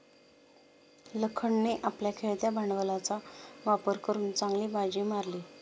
लखनने आपल्या खेळत्या भांडवलाचा वापर करून चांगली बाजी मारली